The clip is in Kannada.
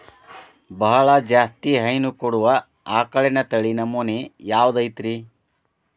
ಬಹಳ ಜಾಸ್ತಿ ಹೈನು ಕೊಡುವ ಆಕಳಿನ ತಳಿ ನಮೂನೆ ಯಾವ್ದ ಐತ್ರಿ?